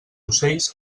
ocells